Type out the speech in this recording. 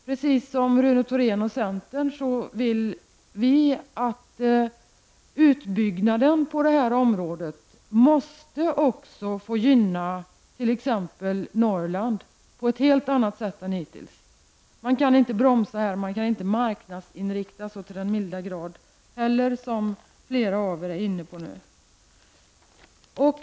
Precis som Rune Thorén och centern anser vi att utbyggnaden på det här området också måste få gynna t.ex. Norrland på ett helt annat sätt än hittills. Man kan inte bromsa, och man kan inte marknadsinrikta så till den milda grad som flera av er nu är inne på.